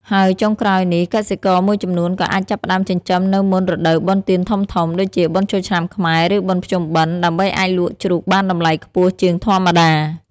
ហើយចុងក្រោយនេះ កសិករមួយចំនួនក៏អាចចាប់ផ្ដើមចិញ្ចឹមនៅមុន រដូវបុណ្យទានធំៗ ដូចជាបុណ្យចូលឆ្នាំខ្មែរ ឬបុណ្យភ្ជុំបិណ្ឌ ដើម្បីអាចលក់ជ្រូកបានតម្លៃខ្ពស់ជាងធម្មតា។